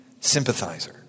sympathizer